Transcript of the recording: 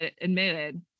admitted